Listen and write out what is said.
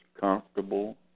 comfortable